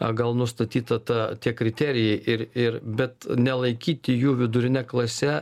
gal nustatytą tą tie kriterijai ir ir bet nelaikyti jų vidurine klase